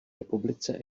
republice